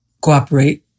cooperate